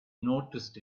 noticed